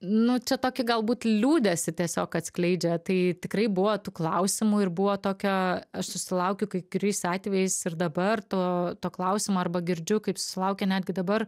nu čia tokį galbūt liūdesį tiesiog atskleidžia tai tikrai buvo tų klausimų ir buvo tokio aš susilaukiu kai kuriais atvejais ir dabar to to klausimo arba girdžiu kaip susilaukia netgi dabar